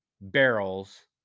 barrels